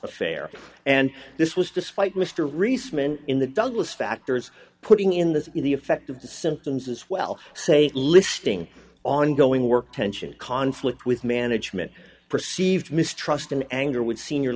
affair and this was despite mr rhys men in the douglas factors putting in the in the effect of the symptoms as well say listing ongoing work tension conflict with management perceived mistrust and anger would senior